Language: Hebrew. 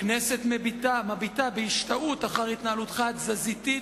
הכנסת מביטה בהשתאות אחר התנהלותך התזזיתית,